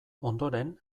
ondoren